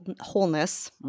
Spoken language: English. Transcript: wholeness